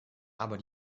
aber